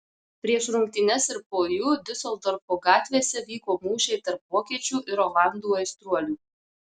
prieš rungtynes ir po jų diuseldorfo gatvėse vyko mūšiai tarp vokiečių ir olandų aistruolių